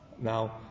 Now